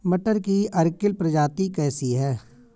मटर की अर्किल प्रजाति कैसी है?